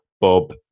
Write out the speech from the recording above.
Bob